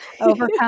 Overcome